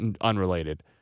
unrelated